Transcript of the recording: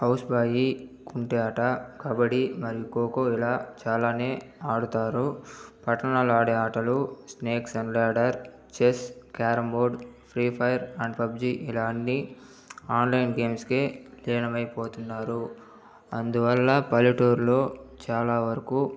house కుంటి ఆట కబడ్డి మరియు ఖో ఖో ఇలా చాలానే అడుతారు పట్టణ్ణాల్లో ఆడే ఆటలు snakes and ladder chess carrom board free fire and PUBG ఇలా అన్ని ఆన్లైన్ గేమ్సుకే లీనమైపోతున్నారు అందువల్ల పల్లెటూరిలో చాలావరకు